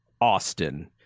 Austin